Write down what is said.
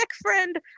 friend